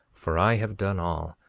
for i have done all.